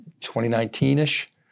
2019-ish